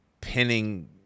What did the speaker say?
pinning